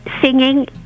singing